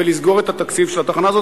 ולסגור את התקציב של התחנה הזאת,